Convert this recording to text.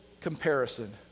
comparison